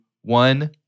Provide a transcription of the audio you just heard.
one